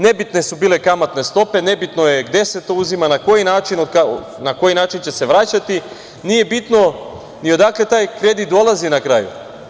Nebitne su bile kamatne stope, nebitno je gde se to uzima, na koji način, na koji način će se vraćati, nije bitno ni odakle taj kredit dolazi na kraju.